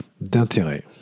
d'intérêt